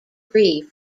prix